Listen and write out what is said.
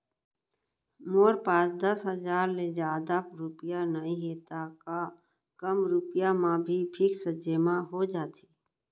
मोर पास दस हजार ले जादा रुपिया नइहे त का कम रुपिया म भी फिक्स जेमा हो जाथे?